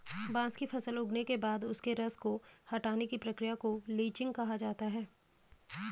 बांस की फसल उगने के बाद उसके रस को हटाने की प्रक्रिया को लीचिंग कहा जाता है